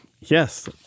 Yes